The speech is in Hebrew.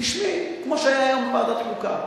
תשמעי, כמו שהיה היום בוועדת חוקה,